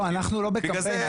אנחנו לא בקמפיין.